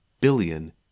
billion